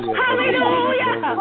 hallelujah